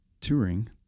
touring